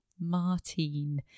Martine